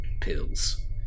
pills